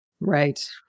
right